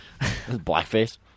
Blackface